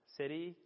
city